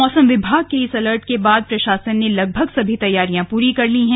मौसम विभाग के इस अलर्ट के बाद प्रशासन ने लगभग सभी तैयारियां पूरी कर ली हैं